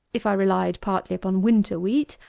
if i relied partly upon winter wheat,